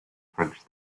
french